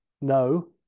no